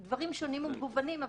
ועוד דברים שונים ומגוונים,